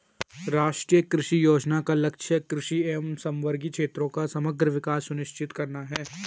राष्ट्रीय कृषि योजना का लक्ष्य कृषि एवं समवर्गी क्षेत्रों का समग्र विकास सुनिश्चित करना है